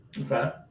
Okay